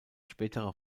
spätere